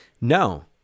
No